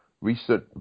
recent